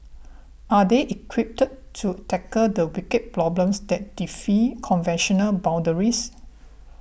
are they equipped to tackle the wicked problems that defy conventional boundaries